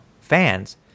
fans